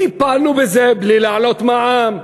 טיפלנו בזה בלי להעלות מע"מ,